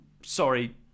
Sorry